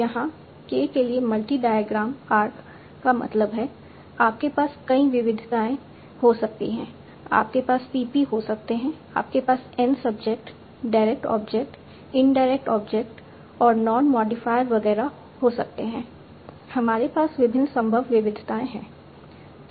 तो यहाँ k के लिए मल्टी डायग्राम आर्क का मतलब है आपके पास कई विविधताएं हो सकती हैं आपके पास PP हो सकते हैं आपके पास N subject direct object indirect object और नॉन मोडीफायर वगैरह हो सकते हैं हमारे पास विभिन्न संभव विविधताएं हैं